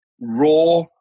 raw